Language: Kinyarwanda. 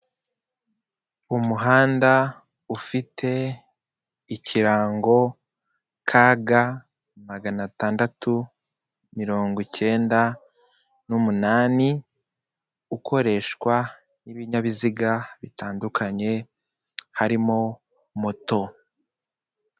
Umuhanda ufite ikirango KG magana atandatu mirongo icyenda n'umunani, ukoreshwa n'ibinyabiziga bitandukanye harimo moto.